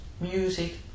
music